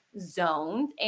zones